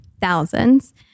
thousands